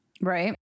right